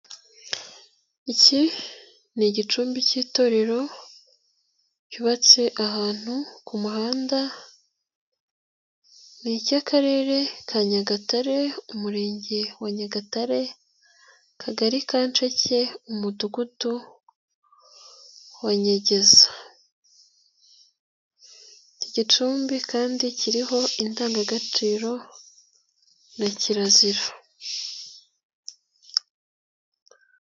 Iki ni igicumbi cy'itorero cyubatse ahantu ku muhanda, n'icy'Akarere ka Nyagatare, Umurenge wa Nyagatare, Akagari Kasheke, Umudugudu wa Nyegeza, iki gicumbi kandi kiriho indangagaciro na kirazira.